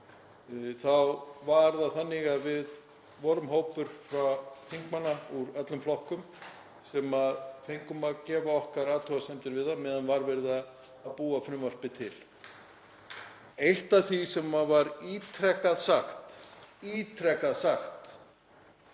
var það þannig að við vorum hópur þingmanna úr öllum flokkum sem fengum að gera okkar athugasemdir við það meðan verið var að búa frumvarpið til. Eitt af því sem var ítrekað sagt af